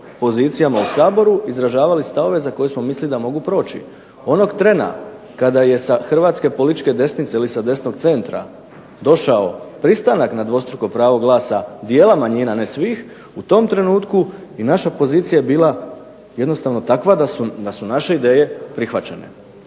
pozicijama u Saboru izražavali stavove za koje smo mislili da mogu proći. Onog trena kada je sa hrvatske političke desnice ili sa desnog centra došao pristanak na dvostruko pravo glasa dijela manjina, ne svih u tom trenutku i naša pozicija je bila jednostavno takva da su naše ideje prihvaćene.